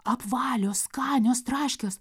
apvalios skanios traškios